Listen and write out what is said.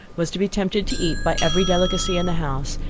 was to be tempted to eat by every delicacy in the house,